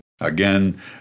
Again